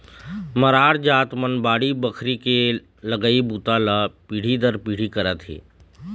मरार जात मन बाड़ी बखरी के लगई बूता ल पीढ़ी दर पीढ़ी करत हे